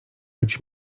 być